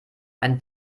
ein